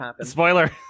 spoiler